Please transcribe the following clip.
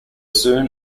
soon